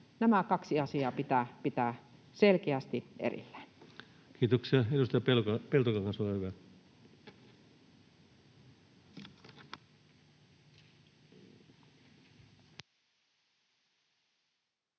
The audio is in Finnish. Nämä kaksi asiaa pitää pitää selkeästi erillään. Kiitoksia. — Edustaja Peltokangas, olkaa hyvä. Arvoisa